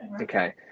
okay